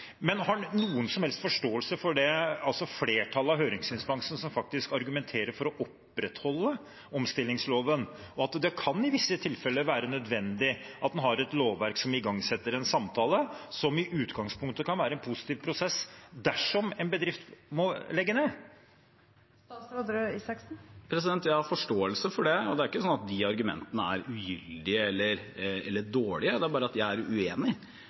Men har han noen som helst forståelse for det flertallet av høringsinstansene som faktisk argumenterer for å opprettholde omstillingsloven, og for at det i visse tilfeller kan være nødvendig at en har et lovverk som igangsetter en samtale, som i utgangspunktet kan være en positiv prosess, dersom en bedrift må legge ned? Jeg har forståelse for det. Det er ikke sånn at de argumentene er ugyldige eller dårlige, det er bare det at jeg er uenig.